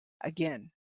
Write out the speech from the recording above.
again